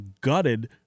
gutted –